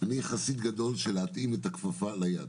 אני חסיד גדול של להתאים את הכפפה ליד.